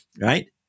right